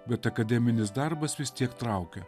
bet akademinis darbas vis tiek traukia